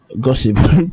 gossip